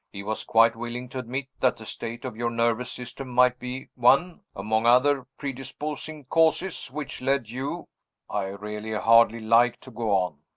he was quite willing to admit that the state of your nervous system might be one, among other predisposing causes, which led you i really hardly like to go on.